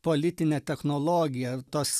politine technologija tos